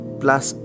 plus